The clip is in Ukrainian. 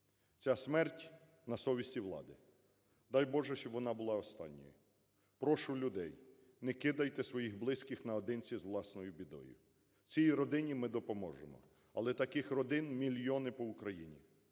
Ця смерть на совісті влади. Дай Боже, щоб вона була останньою. Прошу людей, не кидайте своїх близьких наодинці з власною бідою. Цій родині ми допоможемо. Але таких родин мільйони по Україні.